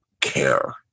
care